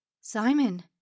Simon